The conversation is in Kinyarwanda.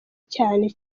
cyane